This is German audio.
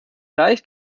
reicht